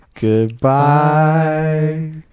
goodbye